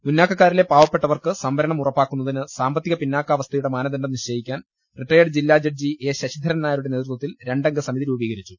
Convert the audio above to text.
മുന്നാക്കക്കാരിലെ പാവപ്പെട്ടവർക്ക് സംവ രണം ഉറപ്പാക്കുന്നതിന് സാമ്പത്തിക പിന്നാക്കാവസ്ഥയുടെ മാനദണ്ഡം നിശ്ചയിക്കാൻ റിട്ടയേർഡ് ജില്ലാജഡ്ജി എ ശശി ധരൻനായരുടെ നേതൃത്വത്തിൽ രണ്ടംഗ സമിതി രൂപീകരി ച്ചു